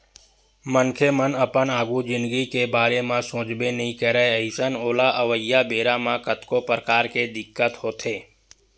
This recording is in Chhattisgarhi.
मनखे मन अपन आघु जिनगी के बारे म सोचबे नइ करय अइसन ओला अवइया बेरा म कतको परकार के दिक्कत होथे